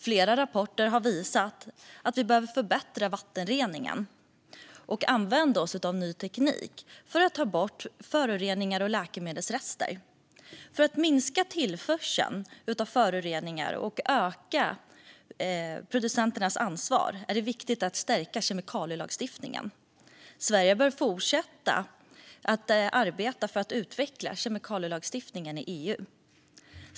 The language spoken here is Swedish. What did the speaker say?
Flera rapporter har visat att vi behöver förbättra vattenreningen och använda oss av ny teknik för att ta bort föroreningar och läkemedelsrester. För att minska tillförseln av föroreningar och öka producenternas ansvar är det viktigt att stärka kemikalielagstiftningen. Sverige bör fortsätta att arbeta för att utveckla kemikalielagstiftningen i EU.